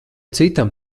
citam